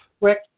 Quick